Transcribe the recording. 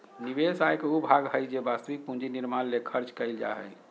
निवेश आय के उ भाग हइ जे वास्तविक पूंजी निर्माण ले खर्च कइल जा हइ